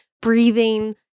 breathing